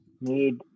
need